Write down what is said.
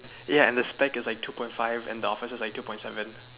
ya and the spec is like two point five and the officer is like two point seven